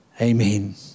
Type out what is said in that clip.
Amen